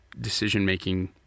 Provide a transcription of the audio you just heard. decision-making